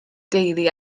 deulu